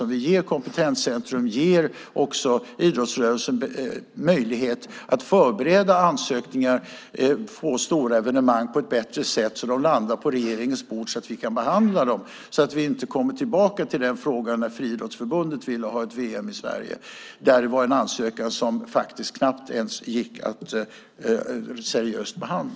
Då hoppas vi att de pengar som vi ger till kompetenscentrum ger idrottsrörelsen möjlighet att förbereda ansökningar om stora evenemang på ett bättre sätt så att de landar på regeringens bord och kan behandlas. Vi vill inte få ett sådant läge som när Friidrottsförbundet ville ha ett VM i Sverige och lämnade en ansökan som knappt gick att behandla seriöst.